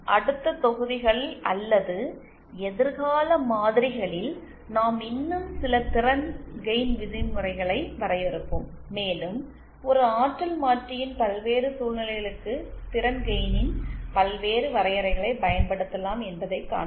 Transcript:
அடுத்த தொகுதிகள் அல்லது எதிர்கால மாதிரிகளில் நாம் இன்னும் சில திறன் கெயின் விதிமுறைகளை வரையறுப்போம் மேலும் ஒரு ஆற்றல்மாற்றியின் பல்வேறு சூழ்நிலைகளுக்கு திறன் கெயினின் பல்வேறு வரையறைகளைப் பயன்படுத்தலாம் என்பதைக் காண்போம்